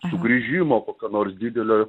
sugrįžimo kokio nors didelio